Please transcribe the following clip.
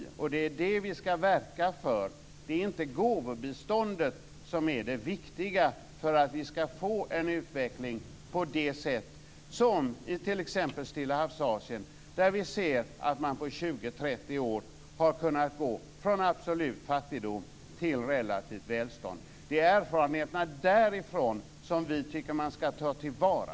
Det är detta vi skall verka för. Det är inte gåvobiståndet som är det viktiga för att vi skall få en utveckling på det sätt som skett i Stillahavsasien. Där kan vi se att man på 20-30 år har kunnat gå från absolut fattigdom till relativt välstånd. Det är erfarenheterna därifrån som vi tycker att man skall ta till vara.